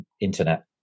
internet